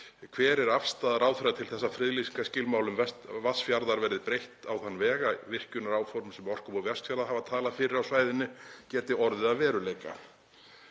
Hver er afstaða ráðherra til þess að friðlýsingarskilmálum Vatnsfjarðar verði breytt á þann veg að virkjunaráform sem Orkubú Vestfjarða hefur talað fyrir á svæðinu geti orðið að veruleika?